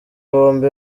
bombi